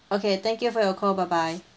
okay thank you for your call bye bye